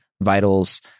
vitals